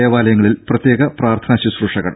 ദേവാലയങ്ങളിൽ പ്രത്യേക പ്രാർഥനാ ശുശ്രൂഷകൾ